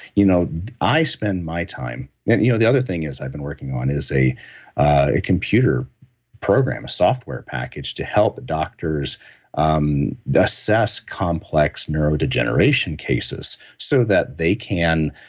you know i spend my time. yeah you know the other thing is i've been working on is a computer program, a software package to help doctors um assess complex neurodegeneration cases, so that they can